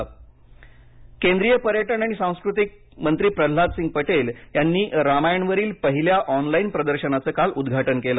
पटेल केंद्रीय पर्यटन आणि सांस्कृतिक मंत्री प्रल्हाद सिंग पटेल यांनी रामायणावरील पहिल्या ऑनलाईन प्रदर्शनाचं काल उद्घाटन केलं